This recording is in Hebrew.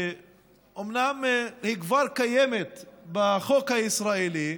שאומנם כבר קיימת בחוק הישראלי,